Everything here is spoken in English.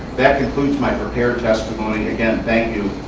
that concludes my prepared testimony. again, thank you.